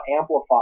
amplify